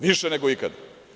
Više nego ikada.